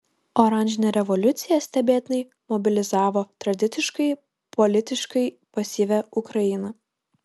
oranžinė revoliucija stebėtinai mobilizavo tradiciškai politiškai pasyvią ukrainą